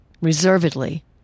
reservedly